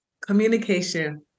communication